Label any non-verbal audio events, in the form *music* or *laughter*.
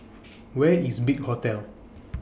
*noise* Where IS Big Hotel